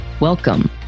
Welcome